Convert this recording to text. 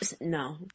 no